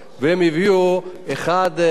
אני מזמין אותך לברך,